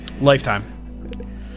Lifetime